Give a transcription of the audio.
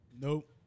Nope